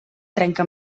trenca